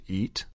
eat